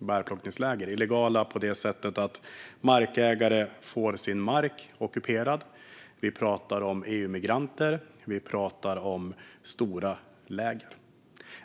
bärplockningsläger. De är illegala på det sättet att markägare får sin mark ockuperad. Vi pratar om EU-migranter, och vi pratar om stora läger.